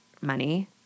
money